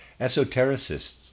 Esotericists